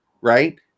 right